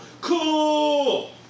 Cool